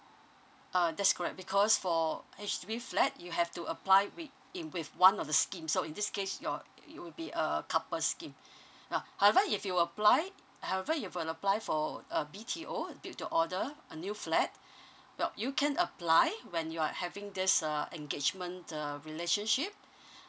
uh that's correct because for H_D_B flat you have to apply wi~ in with one of the scheme so in this case your it will be a couple scheme ya however if you apply however if you were apply for a B_T_O built to order a new flat yup you can apply when you're having this uh engagement uh relationship